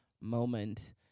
moment